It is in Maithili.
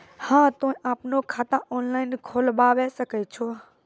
हाँ तोय आपनो खाता ऑनलाइन खोलावे सकै छौ?